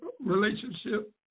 relationship